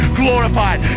glorified